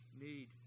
need